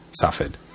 suffered